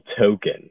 token